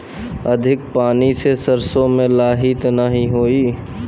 अधिक पानी से सरसो मे लाही त नाही होई?